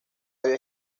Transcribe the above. había